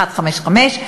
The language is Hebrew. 1.55,